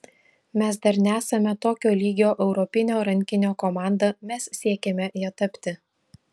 mes dar nesame tokio lygio europinio rankinio komanda mes siekiame ja tapti